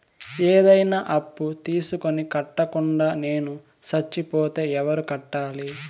ఏదైనా అప్పు తీసుకొని కట్టకుండా నేను సచ్చిపోతే ఎవరు కట్టాలి?